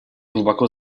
глубоко